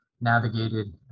navigated